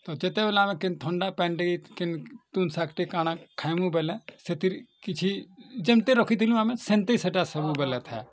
ତ ଯେତେବେଲେ ଆମେ କେ ଥଣ୍ଡା ପାନି ଟେ କେନ୍ ତୁଲଶା ଟିକେ କାଣା ଖାଇମୁଁ ବୋଲେ ସେଥିର୍ କିଛି ଯେନ୍ତି ରଖିଥିଲୁ ଆମେ ସେନ୍ତି ସେଇଟା ସବୁବେଲେ ଥାଏ